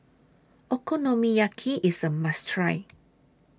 Okonomiyaki IS A must Try